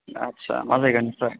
आदसा मा जायगानिफ्राय